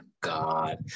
God